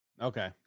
Okay